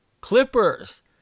Clippers